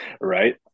Right